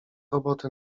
roboty